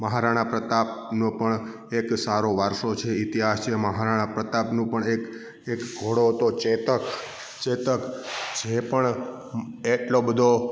મહારાણા પ્રતાપ નો પણ એક સારો વારસો છે ઈતિહાસ છે મહારાણા પ્રતાપ નું પણ એક એક ધોડો હતો ચેતક ચેતક જે પણ એટલો બધો